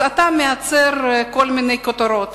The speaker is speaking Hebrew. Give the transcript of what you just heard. אתה מייצר כל מיני כותרות: